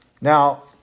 Now